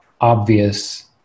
obvious